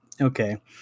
Okay